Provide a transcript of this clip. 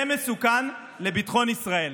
זה מסוכן לביטחון ישראל.